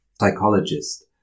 psychologist